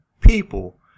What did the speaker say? people